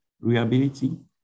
reliability